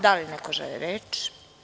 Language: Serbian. Da li neko želi reč?